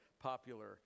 popular